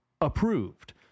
approved